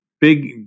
big